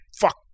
fuck